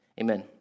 amen